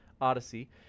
Odyssey